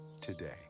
today